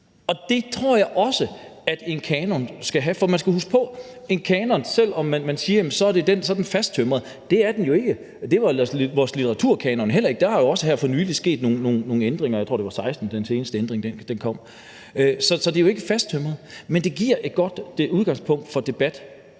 Og det tror jeg også at en kanon skal have, for man skal huske på, at selv om man siger, at en kanon er fasttømret, er den det jo ikke. Det er vores litteraturkanon heller ikke. Der er jo også her for nylig sket nogle ændringer; jeg tror, det var i 2016, at den seneste ændring kom. Så det er jo ikke fasttømret. Men det giver et godt udgangspunkt for en debat,